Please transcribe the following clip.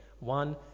One